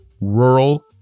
rural